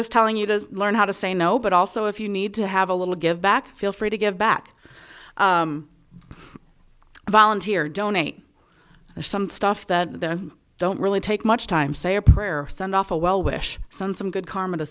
was telling you to learn how to say no but also if you need to have a little give back feel free to give back volunteer donate some stuff that they don't really take much time say a prayer send off a well wish some some good karma to